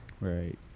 right